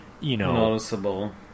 noticeable